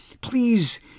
please